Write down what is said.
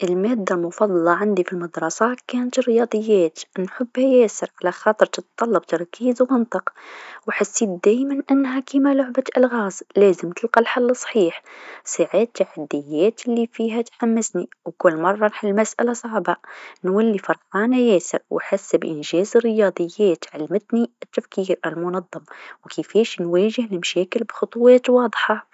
المادة المفضله عندي في المدرسةطه كانت الرياضيات، نحبها ياسر على خاطر تطلب تركيز و منطق و حاسيت دايما أنها كيما لعبة ألغاز لازم تلقى الحل لصحيح، ساعات تحديات لفيها تحمسني و كل مرة نحل مسأله صعبه نولي فرحانه ياسر و حاسه بإنجاز رياضيات التفكير المنظم و كيفاش نواجه المشاكل بخطوات واضحه.